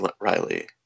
Riley